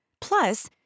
Plus